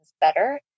better